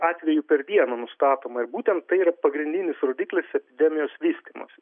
atvejų per dieną nustatoma ir būtent tai yra pagrindinis rodiklis epidemijos vystymosi